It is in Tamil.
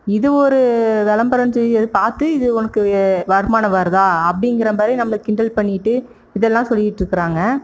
இது ஒரு விளம்பரம்னு சொல்லி பார்த்து இது உனக்கு வருமானம் வருதா அப்படிங்கிறமாதிரி நம்மளை கிண்டல் பண்ணிட்டு இதெலாம் சொல்லிக்கிட்டு இருக்கிறாங்க